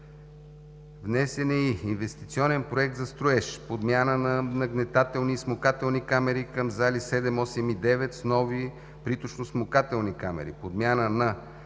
Внесен е и инвестиционен проект за строеж – подмяна на нагнетателни и смукателни камери към зали 7, 8 и 9 с нови проточно-смукателни камери; подмяна на